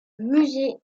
musée